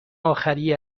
آخری